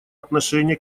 отношения